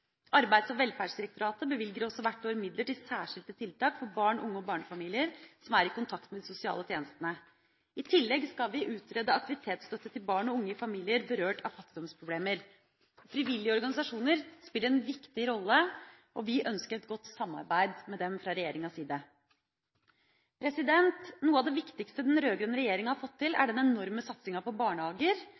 midler til særskilte tiltak for barn, unge og barnefamilier som er i kontakt med de sosiale tjenestene. I tillegg skal vi utrede aktivitetsstøtte til barn og unge i familier berørt av fattigdomsproblemer. Frivillige organisasjoner spiller en viktig rolle, og fra regjeringas side ønsker vi et godt samarbeid med dem. Noe av det viktigste den rød-grønne regjeringa har fått til, er den enorme satsinga på barnehager,